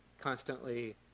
constantly